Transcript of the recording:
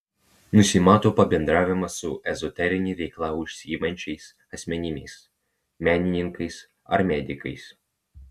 nusimato pabendravimas su ezoterine veikla užsiimančiais asmenimis menininkais ar medikais